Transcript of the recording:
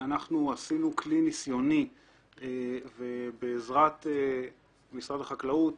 אנחנו עשינו כלי ניסיוני ובעזרת משרד החקלאות